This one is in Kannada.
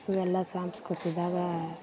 ಇವೆಲ್ಲ ಸಾಂಸ್ಕೃತಿಕ್ದಾಗ